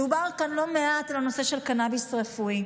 דובר כאן לא מעט על הנושא של קנביס רפואי.